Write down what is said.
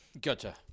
Gotcha